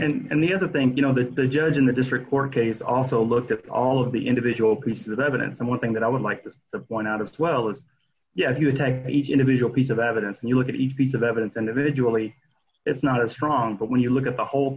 and and the other thing you know the judge in the district court case also looked at all of the individual pieces of evidence and one thing that i would like to point out of this well as yet if you take each individual piece of evidence and you look at each piece of evidence individually it's not as strong but when you look at the whole